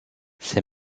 ces